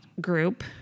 group